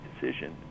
decision